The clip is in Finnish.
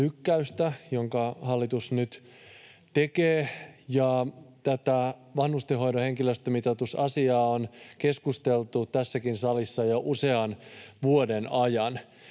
lykkäystä, jonka hallitus nyt tekee, ja tätä vanhustenhoidon henkilöstömitoitusasiaa on keskusteltu tässäkin salissa jo usean vuoden ajan.